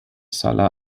sala